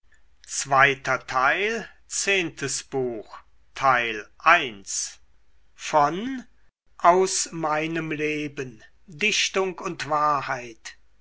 goethe aus meinem leben dichtung und wahrheit